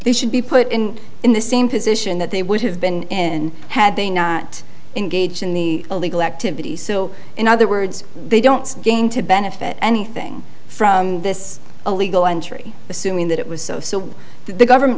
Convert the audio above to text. they should be put in in the same position that they would have been had they not engaged in the illegal activity so in other words they don't gain to benefit anything from this illegal entry assuming that it was so so the government